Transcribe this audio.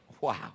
Wow